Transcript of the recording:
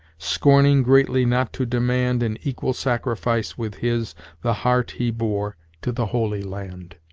scorning greatly not to demand in equal sacrifice with his the heart he bore to the holy land.